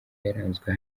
yaranzwe